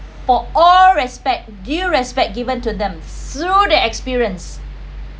for all respect due respect given to them through the experience